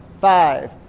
five